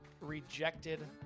rejected